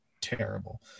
terrible